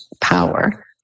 power